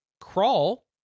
Crawl